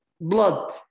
blood